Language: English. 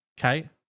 okay